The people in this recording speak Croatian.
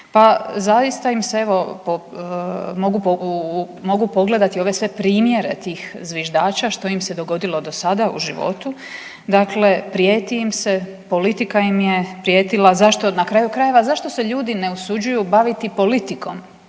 Pa zaista im se evo, mogu pogledati ove sve primjere tih zviždača što im se dogodilo do sada u životu. Dakle, prijeti im se, politika im je prijetila, zašto, na kraju krajeva, zašto se ljudi ne usuđuju baviti politikom?